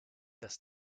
dass